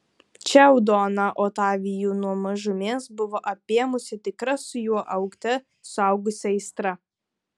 čiau doną otavijų nuo mažumės buvo apėmusi tikra su juo augte suaugusi aistra